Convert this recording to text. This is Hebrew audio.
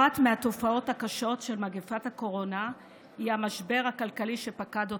אחת התופעות הקשות של מגפת הקורונה היא המשבר הכלכלי שפקד אותנו.